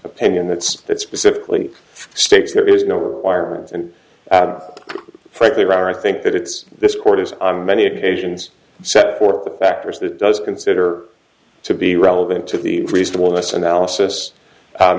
opinion that's that specifically states there is no requirement and frankly rather i think that it's this court is on many occasions set forth the factors that does consider to be relevant to the